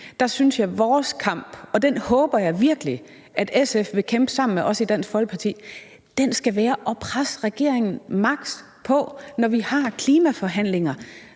synes jeg at vores kamp – og den håber jeg virkelig at SF vil kæmpe sammen med os i Dansk Folkeparti – skal være at presse regeringen maks., når vi har klimaforhandlinger.